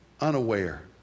unaware